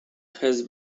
has